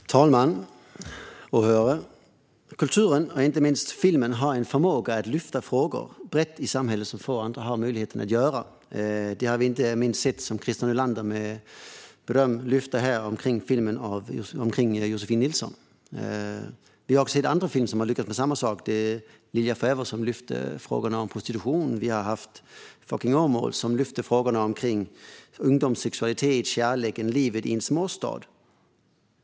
Fru talman och åhörare! Kulturen, inte minst filmen, har en förmåga att lyfta frågor brett i samhället som få andra har möjlighet att göra. Det har vi inte minst hört Christer Nylander med beröm göra när han tog upp filmen om Josefin Nilsson. Vi har också sett andra filmer som har lyckats med samma sak. Mia Farrow lyfte fram frågan om prostitution och Fucking Åmål lyfte fram frågan kring ungdomssexualitet och kärleken och livet i en småstad.